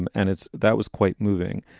and and it's that was quite moving.